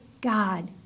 God